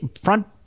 front